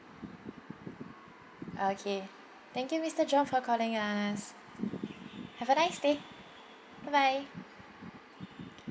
okay thank you mister john for calling us have a nice day bye bye